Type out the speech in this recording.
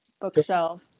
bookshelf